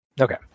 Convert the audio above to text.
Okay